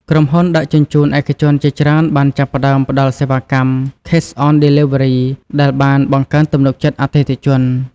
ក្រុមហ៊ុនដឹកជញ្ជូនឯកជនជាច្រើនបានចាប់ផ្តើមផ្តល់សេវាកម្ម ឃេស អន ឌី លី វើ រី Cash-on-Delivery ដែលបានបង្កើនទំនុកចិត្តអតិថិជន។